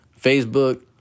Facebook